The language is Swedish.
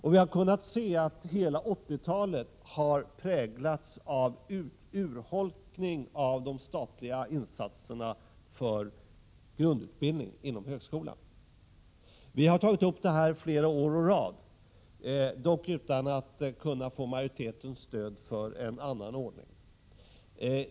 Hela 1980-talet har präglats av urholkning av de statliga insatserna för grundutbildning inom högskolan. Vi har tagit upp detta flera år i rad, dock utan att få majoritetens stöd för en annan ordning.